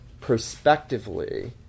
prospectively